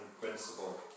principle